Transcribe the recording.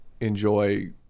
enjoy